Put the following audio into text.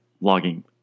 logging